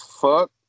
fuck